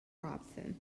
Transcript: robson